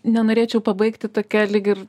nenorėčiau pabaigti tokia lyg ir